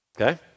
Okay